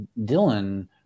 Dylan